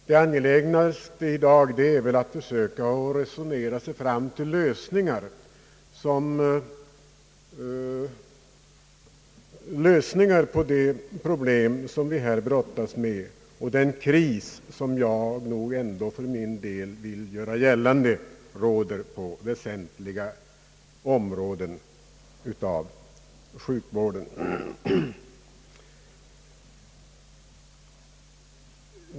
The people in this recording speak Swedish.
Det angelägnaste är väl nu att vi försöker resonera oss fram till lösningar på de problem, som vi brottas med, och ett avhjälpande av den kris som jag nog ändå för min del vill göra gällande råder på väsentliga områden inom sjukvården.